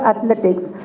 Athletics